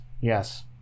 yes